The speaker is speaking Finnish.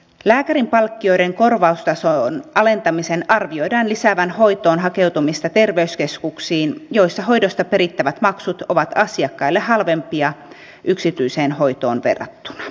lääkärinpalkkioiden korvaustason alentamisen arvioidaan lisäävän hoitoon hakeutumista terveyskeskuksiin joissa hoidosta perittävät maksut ovat asiakkaille halvempia yksityiseen hoitoon verrattuna